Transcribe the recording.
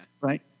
Right